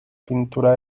pintura